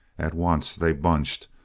at once they bunched,